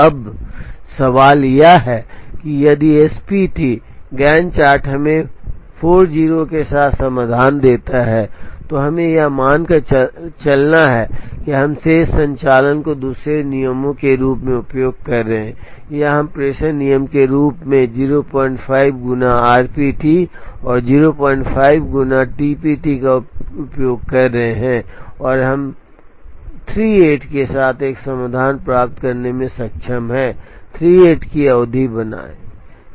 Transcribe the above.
अब सवाल यह है कि यदि SPT गैंट चार्ट हमें 40 के साथ समाधान देता है और हमें यह मानकर चलता है कि हम शेष संचालन को दूसरे नियम के रूप में उपयोग कर रहे हैं या हम एक प्रेषण नियम के रूप में 05 गुना RPT और 05 गुना TPT का उपयोग कर रहे हैं और हम 38 के साथ एक समाधान प्राप्त करने में सक्षम हैं 38 की अवधि बनाओ